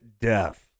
Death